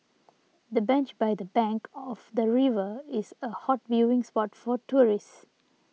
the bench by the bank of the river is a hot viewing spot for tourists